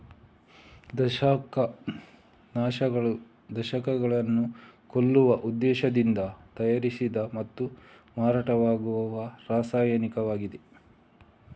ದಂಶಕ ನಾಶಕಗಳು ದಂಶಕಗಳನ್ನು ಕೊಲ್ಲುವ ಉದ್ದೇಶದಿಂದ ತಯಾರಿಸಿದ ಮತ್ತು ಮಾರಾಟವಾಗುವ ರಾಸಾಯನಿಕಗಳಾಗಿವೆ